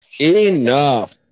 Enough